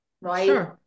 right